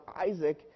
Isaac